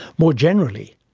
more generally,